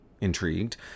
Intrigued